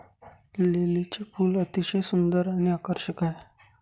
लिलीचे फूल अतिशय सुंदर आणि आकर्षक आहे